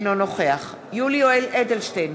אינו נוכח יולי יואל אדלשטיין,